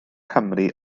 cymru